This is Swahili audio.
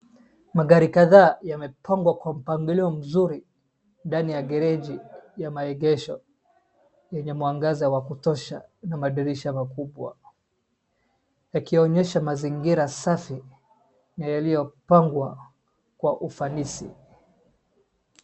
Magari kadhaa yamepangwa kwa mpangilio mzuri ndani ya gareji ya maegesho yenye mwangaza wa kutosha na madirisha makubwa, yakionyesha mazingira safi na yaliyopangwa kwa ufanisi.